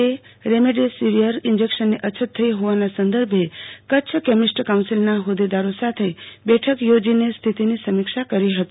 એ remdesivir ઈન્જેકશનની અછત થઈ હોવાના સંદર્ભે કચ્છ કે મરટ કાઉન્સિલના હોદેદારો સાથે બેઠક યોજીન સ્થિતિની સમીક્ષા કરી હતી